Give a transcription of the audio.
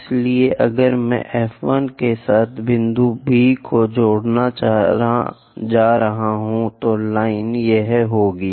इसलिए अगर मैं F 1 के साथ बिंदु B को जोड़ने जा रहा हूं तो लाइन यह होगी